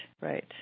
right